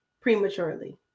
prematurely